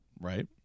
right